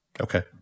Okay